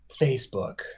facebook